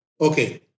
okay